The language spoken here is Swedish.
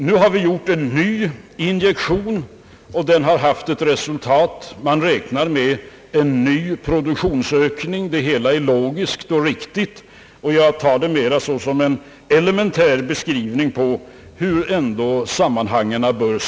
Nu har vi gjort en ny injektion, och den har medfört resultat. Man räknar med en ny produktionsökning. Det hela är logiskt och riktigt, och jag tar det mera som en elementär beskrivning på hurudana sammanhangen är.